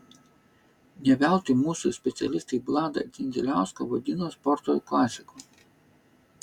ne veltui mūsų specialistai vladą dzindziliauską vadino sporto klasiku